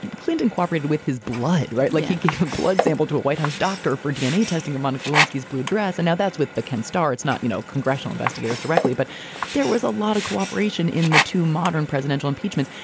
clinton cooperated with his blood. right. look, he gave a blood sample to a white house doctor for dna testing of monica lewinsky's blue dress. and now that's with the ken starr. it's not, you know, congressional investigators directly. but there was a lot of cooperation in the two modern presidential impeachment.